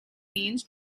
means